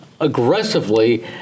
aggressively